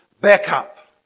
backup